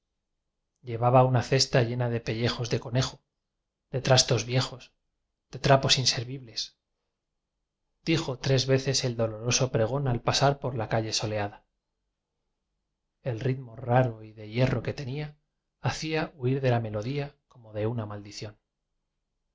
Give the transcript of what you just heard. llevaba una cesta llena de pellejos de conejo de trastos viejos de trapos inservi bles dijo tres veces el doloroso pregón al pasar por la calle soleada el ritmo raro y de hierro que tenía hacía huir de la me lodía como de una maldición hubo